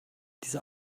diese